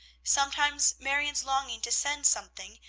sometimes marion's longing to send something,